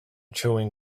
chewing